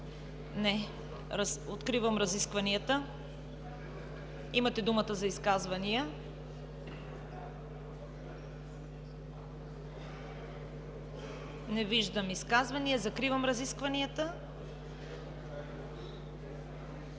Не. Откривам разискванията. Имате думата за изказвания. Не виждам изказвания. Закривам разискванията.